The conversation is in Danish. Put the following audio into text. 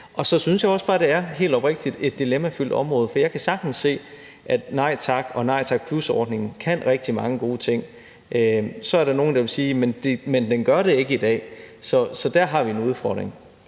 Og så synes jeg også bare helt oprigtigt, at det er et meget dilemmafyldt område. Jeg kan sagtens se, at Nej Tak- og Nej Tak+-ordningen kan rigtig mange gode ting. Så er der nogle, der vil sige: Men den gør det ikke i dag. Så der har vi en udfordring.